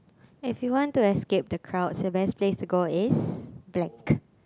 if you want to escape the crowds the best place to go is black